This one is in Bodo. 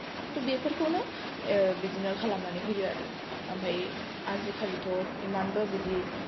खिनथु बेफोरखौनो बिदिनो खालामनानै होयो आरो ओमफ्राय आजिखालिथ' इमानबो बिदि